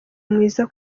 mwiza